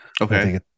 Okay